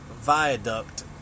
viaduct